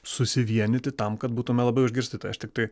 susivienyti tam kad būtume labiau išgirsti tai aš tiktai